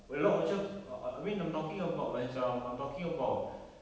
a lot of jobs uh uh I mean I'm talking about macam I'm talking about